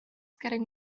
getting